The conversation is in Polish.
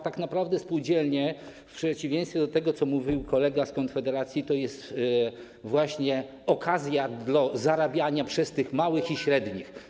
Tak naprawdę spółdzielnie, w przeciwieństwie do tego, co mówił kolega z Konfederacji, to jest właśnie okazja do zarabiania przez tych małych i średnich.